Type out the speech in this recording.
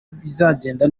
bizagenda